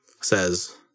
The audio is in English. says